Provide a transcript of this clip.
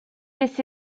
this